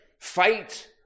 fight